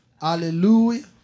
Hallelujah